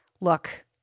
look